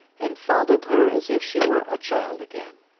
and fondled her as if she were a child again.